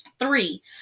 Three